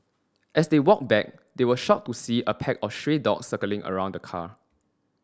as they walked back they were shocked to see a pack of stray dogs circling around the car